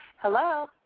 Hello